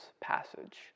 passage